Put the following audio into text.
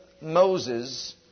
Moses